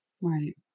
Right